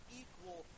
equal